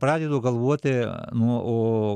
pradedu galvoti nuo o